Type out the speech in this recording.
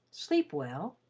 sleep well.